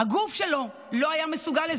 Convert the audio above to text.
הגוף שלו לא היה מסוגל לזה,